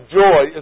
joy